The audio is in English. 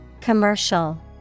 Commercial